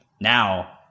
now